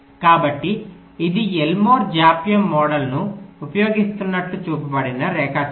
కాబట్టి ఇది ఎల్మోర్ జాప్యం మోడల్ను ఉపయోగిస్తున్నట్లు చూపబడిన రేఖాచిత్రం